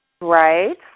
right